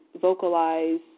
vocalize